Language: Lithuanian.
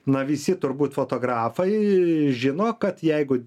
na visi turbūt fotografai žino kad jeigu